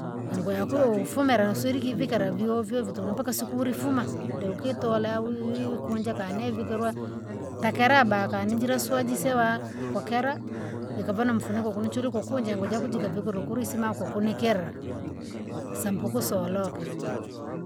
Inguo yaku youkufumira usirikivikira vyovyo vitu mpaka siku ulifuma, deukitola kunja kani naivikirwa, takelaba kanjira swajisawa, kwa kera ikava na mfuniko kunuchure kukuje nguo jako jikavikira ukulisima kukunikera. Sampo kusoroka.